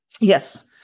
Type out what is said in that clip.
Yes